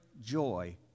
joy